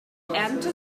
entered